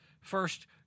first